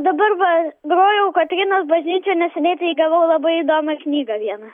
dabar va grojau kotrynos bažnyčioj neseniai tai gavau labai įdomią knygą vieną